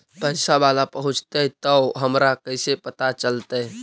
पैसा बाला पहूंचतै तौ हमरा कैसे पता चलतै?